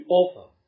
offer